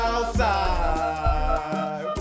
outside